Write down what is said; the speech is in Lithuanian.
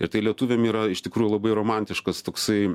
ir tai lietuviam yra iš tikrųjų labai romantiškas toksai